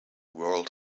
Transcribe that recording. world